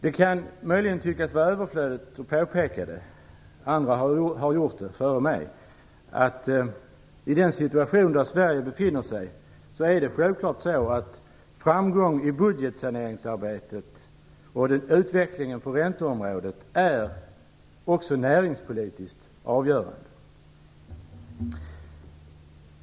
I den situation som Sverige befinner sig i kan det möjligen tyckas vara överflödigt att påpeka - andra har gjort det före mig - att framgången i budgetsaneringsarbetet och utvecklingen på ränteområdet självfallet också är näringspolitiskt avgörande.